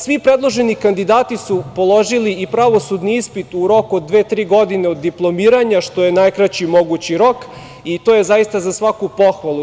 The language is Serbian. Svi predloženi kandidati su položili i pravosudni ispit u roku od dve, tri godine od diplomiranja, što je najkraći mogući rok i to je zaista za svaku pohvalu.